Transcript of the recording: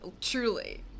Truly